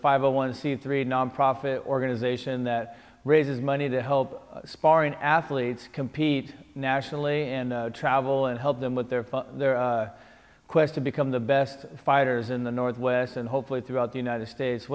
hundred one c three nonprofit organization that raises money to help sparring athletes compete nationally and travel and help them with their quest to become the best fighters in the north west and hopefully throughout the united states